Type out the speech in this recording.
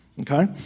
Okay